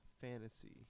fantasy